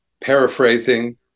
Paraphrasing